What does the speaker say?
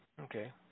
Okay